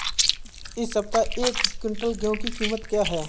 इस सप्ताह एक क्विंटल गेहूँ की कीमत क्या है?